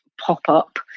pop-up